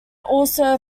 also